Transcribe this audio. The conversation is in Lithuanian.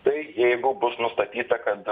tai jeigu bus nustatyta kad